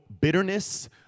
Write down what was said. bitterness